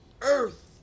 Earth